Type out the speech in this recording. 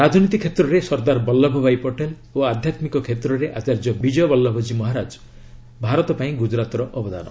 ରାଜନୀତି କ୍ଷେତ୍ରରେ ସର୍ଦ୍ଦାର ବଲୁଭ ଭାଇ ପଟେଲ୍ ଓ ଆଧ୍ୟାତ୍ରିକ କ୍ଷେତ୍ରରେ ଆଚାର୍ଯ୍ୟ ବିଜୟ ବଲ୍ଲଭ ଜୀ ମହାରାଜ ଭାରତ ପାଇଁ ଗୁଜରାତର ଅବଦାନ